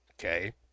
okay